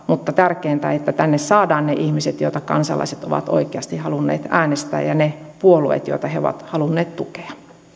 niin tärkeintä on että tänne saadaan ne ihmiset joita kansalaiset ovat oikeasti halunneet äänestää ja ne puolueet joita he ovat halunneet tukea